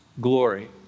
glory